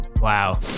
wow